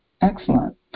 Excellent